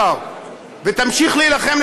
ותמשיך להילחם,